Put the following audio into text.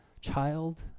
child